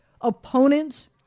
opponents